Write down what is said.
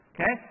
Okay